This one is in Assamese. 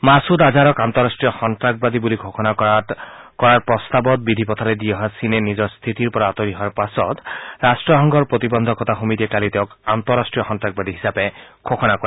মাছূদ আজহাৰক আন্তঃৰাষ্ট্ৰীয় সন্তাসবাদী বুলি ঘোষণা কৰা প্ৰস্তাৱত বিধি পথালি দি অহা চীনে নিজৰ স্থিতিৰ পৰা আঁতৰি অহাৰ পাছত ৰাট্টসংঘৰ প্ৰতিবন্ধকতা সমিতিয়ে কালি তেওঁক আন্তঃৰাষ্ট্ৰীয় সন্নাসবাদী হিচাপে ঘোষণা কৰে